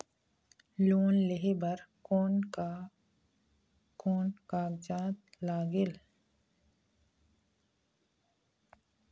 Loan लेहे बर कोन कोन कागजात लागेल?